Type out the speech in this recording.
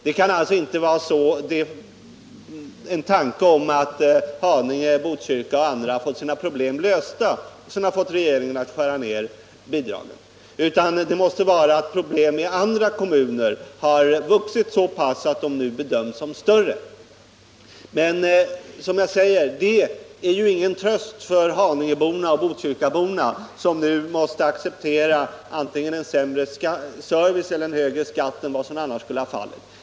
Det kan alltså inte vara någon tanke på att Haninge, Botkyrka och andra kommuner har fått sina problem lösta som har fått regeringen att skära ner bidragen, utan det måste vara det förhållandet att problemen i andra kommuner har vuxit så pass mycket att de bedöms som större. Men det är ingen tröst för haningeborna och botkyrkaborna, som nu måste acceptera antingen sämre service eller högre skatt än de skulle få om bidragsnivån vore densamma som tidigare.